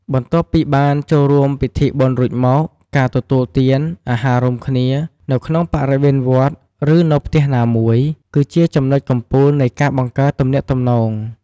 បន្ទាប់ពីបានចូលរួមពិធីបុណ្យរួចមក ការទទួលទាន អាហាររួមគ្នា នៅក្នុងបរិវេណវត្ត ឬនៅផ្ទះណាមួយ គឺជាចំណុចកំពូលនៃការបង្កើតទំនាក់ទំនង។